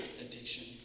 addiction